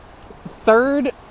third